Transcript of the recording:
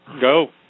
Go